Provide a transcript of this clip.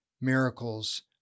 miracles